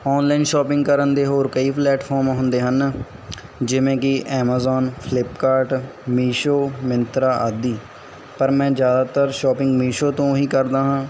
online shopping ਕਰਨ ਦੇ ਹੋਰ ਕਈ ਪਲੈਟਫੋਰਮ ਹੁੰਦੇ ਹਨ ਜਿਵੇਂ ਕਿ ਐਮਾਜ਼ੋਨ ਫਲਿਪਕਾਰਟ ਮੀਸ਼ੋ ਮਿੰਤਰਾ ਆਦਿ ਪਰ ਮੈਂ ਜ਼ਿਆਦਾਤਰ ਸ਼ੋਪਿੰਗ ਮੀਸ਼ੋ ਤੋਂ ਹੀ ਕਰਦਾ ਹਾਂ